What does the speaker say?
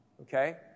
Okay